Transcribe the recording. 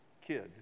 kid